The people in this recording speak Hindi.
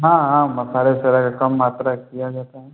हाँ हाँ मसाले वसाले कम मात्रा किया जाता है